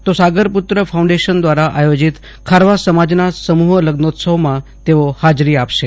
તો સાગરપુત્ર ફાઉન્ડેશન દ્વારા આયોજીત ખારવા સમાજના સમૂહ લગ્નોત્સવમાં તેઓ હાજરી આપશે